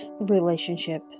relationship